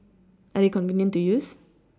are they convenient to use